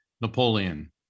Napoleon